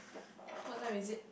what time is it